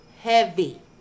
heavy